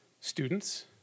students